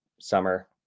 summer